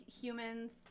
humans